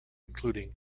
including